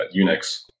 Unix